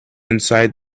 inside